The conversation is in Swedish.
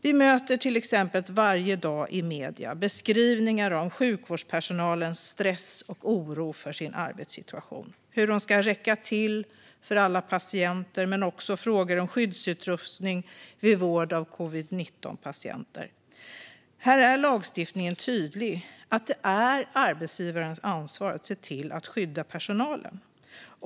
Vi möter till exempel varje dag i medierna beskrivningar om sjukvårdspersonalens stress och oro för sin arbetssituation. Det handlar om hur de ska räcka till för alla patienter men också om skyddsutrustning vid vård av covid-19-patienter. Här är lagstiftningen tydlig, det vill säga att det är arbetsgivarens ansvar att se till att skydda personalen.